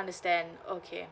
understand okay